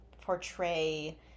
portray